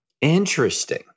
Interesting